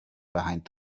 behind